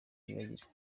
iribagiza